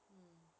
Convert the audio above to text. mm